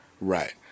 Right